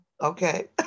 Okay